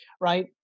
right